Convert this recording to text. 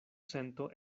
sento